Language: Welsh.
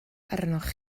arnoch